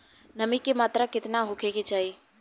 नमी के मात्रा केतना होखे के चाही?